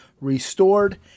restored